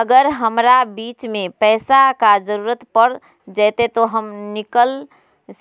अगर हमरा बीच में पैसे का जरूरत पड़ जयते तो हम निकल